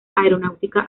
aeronáutica